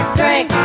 drink